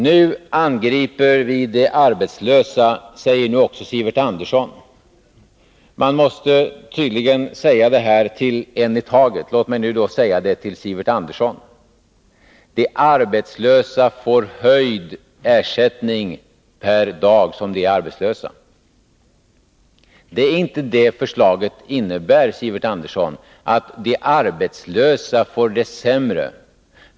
Nu angriper regeringen de arbetslösa, säger också Sivert Andersson. Man måste tydligen säga det här till en i taget. Låt mig nu säga det till Sivert Andersson: De arbetslösa får höjd ersättning per dag som de är arbetslösa. Förslaget innebär inte, Sivert Andersson, att de arbetslösa får det sämre.